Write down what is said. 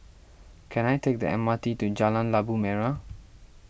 can I take the M R T to Jalan Labu Merah